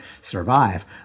survive